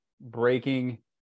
breaking